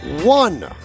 one